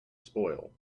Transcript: spoil